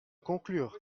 conclure